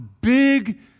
big